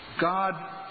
God